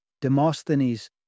Demosthenes